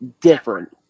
different